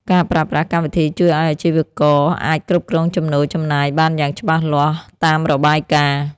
ការប្រើប្រាស់កម្មវិធីជួយឱ្យអាជីវករអាចគ្រប់គ្រងចំណូលចំណាយបានយ៉ាងច្បាស់លាស់តាមរបាយការណ៍។